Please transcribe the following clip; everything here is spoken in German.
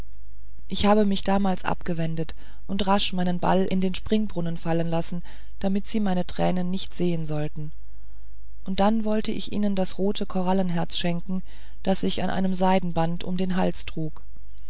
ich habe mich damals abgewendet und rasch meinen ball in den springbrunnen fallen lassen damit sie meine tränen nicht sehen sollten und dann wollte ich ihnen das rote korallenherz schenken das ich an einem seidenband um den hals trug